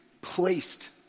placed